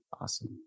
Awesome